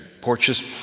porches